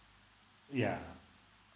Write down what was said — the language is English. yeah